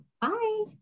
Bye